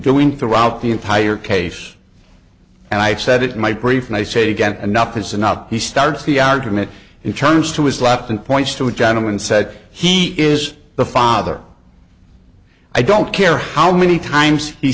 doing throughout the entire case and i said it might brief and i say again enough is enough he starts the argument he turns to his lap and points to a gentleman said he is the father i don't care how many times he